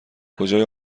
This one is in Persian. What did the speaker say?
کجای